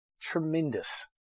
tremendous